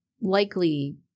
likely